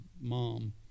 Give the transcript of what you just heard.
mom